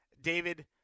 David